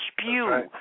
spew